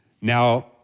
Now